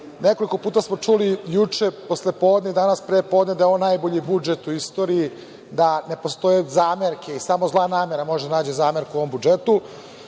nekoliko puta smo čuli, juče posle podne i danas pre podne, da je ovo najbolji budžet u istoriji, da ne postoje zamerke i samo zla namera može da nađe zamerku ovom budžetu.